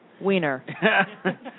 Wiener